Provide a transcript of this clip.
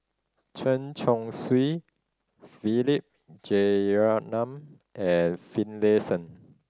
Chen Chong Swee Philip Jeyaretnam and Finlayson